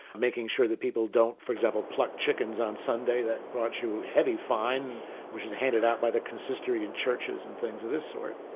making sure that people don't for example, pluck chickens on sunday, that brought you a heavy fine which was handed out by the consistory in churches and things of this sort.